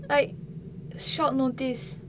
like short notice